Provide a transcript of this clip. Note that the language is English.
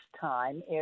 time